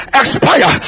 expire